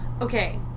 Okay